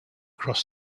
across